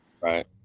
right